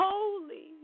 Holy